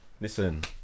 Listen